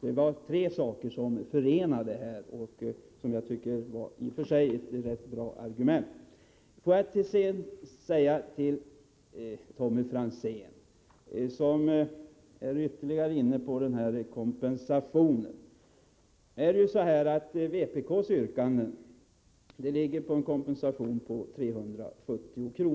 Dessa tre saker tillsammans tycker jag utgör en rätt bra argumentation. Tommy Franzén går in ytterligare på kompensationen. Vpk:s yrkande gäller en fordonsskattereduktion på 370 kr.